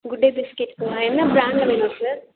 good Day பிஸ்கெட்ங்களா என்ன ப்ராண்ட்டில் வேணும் சார்